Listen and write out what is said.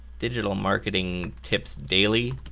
digital marketing tips daily